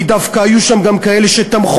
כי דווקא היו שם גם כאלה שתמכו,